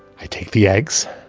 i take the eggs,